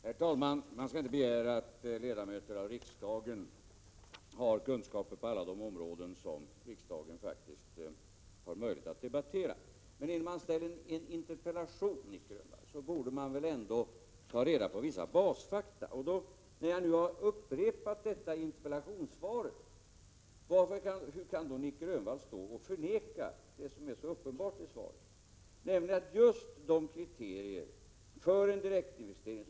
Herr talman! Man skall inte begära att riksdagsledamöter skall ha kunskaper på alla de områden som riksdagen faktiskt har möjlighet att debattera, men innan man framställer en interpellation, Nic Grönvall, borde man ta reda på vissa basfakta. Jag har i interpellationssvaret redovisat hur det förhåller sig. Hur kan då Nic Grönvall förneka det som så uppenbart framgår av svaret, nämligen kriterierna för en direktinvestering?